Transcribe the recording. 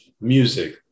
music